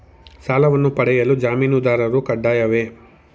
ಸಾಲವನ್ನು ಪಡೆಯಲು ಜಾಮೀನುದಾರರು ಕಡ್ಡಾಯವೇ?